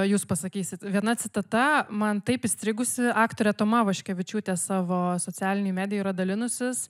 jūs pasakysit viena citata man taip įstrigusi aktorė toma vaškevičiūtė savo socialiėj medijoj yra dalinusis